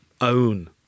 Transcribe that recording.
own